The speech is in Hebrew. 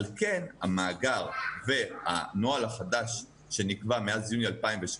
על כן המאגר והנוהל החדש שנקבע מאז יוני 2017